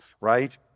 right